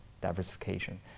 diversification